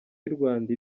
y’urwanda